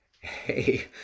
hey